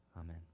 Amen